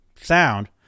Sound